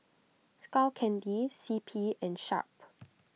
Skull Candy C P and Sharp